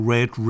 Red